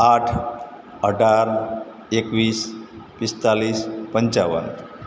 આઠ અઢાર એકવીસ પિસ્તાલીસ પંચાવન